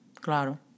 Claro